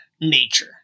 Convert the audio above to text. nature